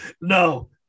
No